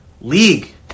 league